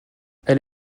elle